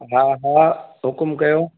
हा हा हुकुम कयो